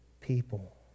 people